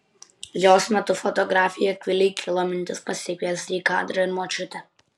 jos metu fotografei akvilei kilo mintis pasikviesti į kadrą ir močiutę